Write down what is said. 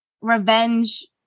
revenge